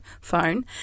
phone